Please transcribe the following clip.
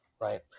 right